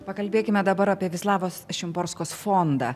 pakalbėkime dabar apie vislavos šimborskos fondą